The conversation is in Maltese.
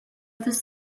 fis